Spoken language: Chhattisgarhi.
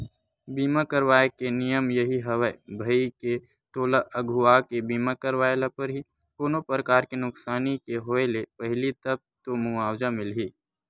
बीमा करवाय के नियम यही हवय भई के तोला अघुवाके बीमा करवाय ल परही कोनो परकार के नुकसानी के होय ले पहिली तब तो मुवाजा मिलही